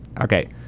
Okay